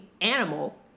animal